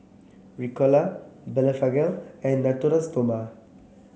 Ricola Blephagel and Natura Stoma